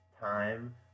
time